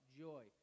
joy